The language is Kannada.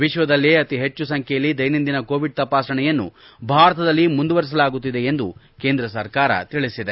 ವಿಶ್ವದಲ್ಲಿಯೇ ಅತಿ ಹೆಚ್ಚು ಸಂಬೈಯಲ್ಲಿ ದೈನಂದಿನ ಕೋವಿಡ್ ತಪಾಸಣೆಯನ್ನು ಭಾರತದಲ್ಲಿ ಮುಂದುವರೆಸಲಾಗುತ್ತಿದೆ ಎಂದು ಕೇಂದ್ರ ಸರ್ಕಾರ ತಿಳಿಸಿದೆ